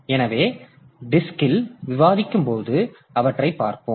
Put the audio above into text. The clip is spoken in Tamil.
எனவே டிஸ்க்ல் விவாதிக்கும்போது அவற்றைப் பார்ப்போம்